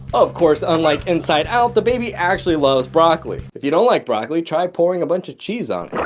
of course unlike inside out the baby actually loves broccoli, if you don't like broccoli try pouring a bunch of cheese on